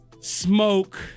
smoke